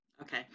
Okay